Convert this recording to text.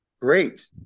great